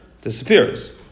disappears